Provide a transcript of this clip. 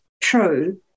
true